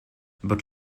but